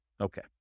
Okay